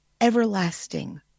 everlasting